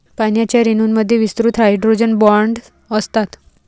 पाण्याच्या रेणूंमध्ये विस्तृत हायड्रोजन बॉण्ड असतात